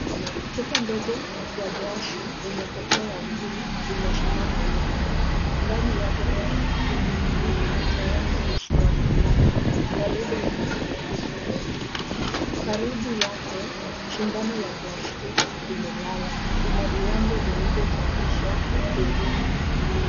Chupa ndogo ya glasi yenye kofia ya bluu imesimama wima . Ndani yake kuna kimiminika cha rangi isiyoonekana na label yenye maandishi mengi . Karibu yake sindano ya plastiki imelala ina viwango vilivyochapishwa pembeni.